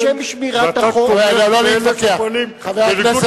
ואתה טוען כלפי אלה שפועלים בניגוד